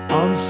on